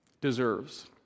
deserves